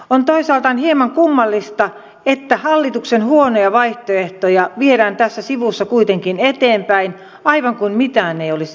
on toisaalta hieman kummallista että hallituksen huonoja vaihtoehtoja viedään tässä sivussa kuitenkin eteenpäin aivan kuin mitään ei olisi tapahtumassa